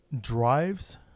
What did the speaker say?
drives